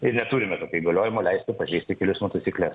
neturime tokio įgaliojimo leisti pažeisti kelių eismo taisykles